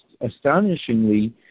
astonishingly